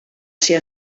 ser